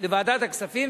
לוועדת הכספים,